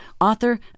author